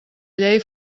llei